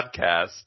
podcast